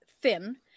thin